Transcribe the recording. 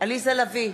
עליזה לביא,